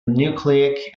nucleic